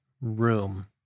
room